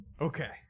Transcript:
Okay